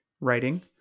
writing